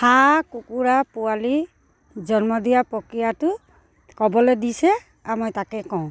হাঁহ কুকুৰা পোৱালি জন্ম দিয়া প্ৰক্ৰিয়াটো ক'বলৈ দিছে আৰু মই তাকে কওঁ